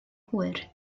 hwyr